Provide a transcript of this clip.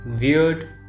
weird